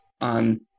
on –